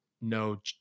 no